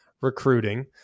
recruiting